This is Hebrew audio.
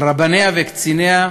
על רבניה וקציניה,